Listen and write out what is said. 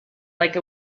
like